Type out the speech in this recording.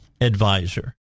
advisor